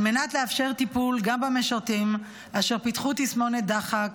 על מנת לאפשר טיפול גם במשרתים אשר פיתחו תסמונת דחק,